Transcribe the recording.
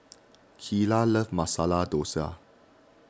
Kylah loves Masala Dosa